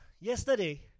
yesterday